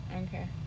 Okay